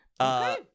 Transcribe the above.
Okay